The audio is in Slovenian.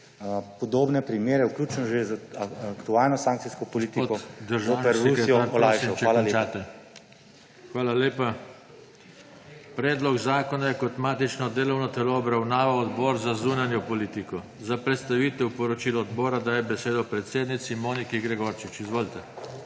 podobne primere vključno z aktualno sankcijsko politiko zoper Rusijo olajšal. Hvala lepa. PODPREDSEDNIK JOŽE TANKO: Hvala lepa. Predlog zakona je kot matično delovno telo obravnaval Odbor za zunanjo politiko. Za predstavitev poročila odbora dajem besedo predsednici Moniki Gregorčič. Izvolite.